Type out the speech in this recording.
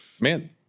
Man